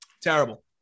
terrible